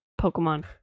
Pokemon